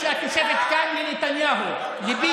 חברת הכנסת גוטליב, עצרתי לו את הזמן.